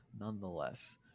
nonetheless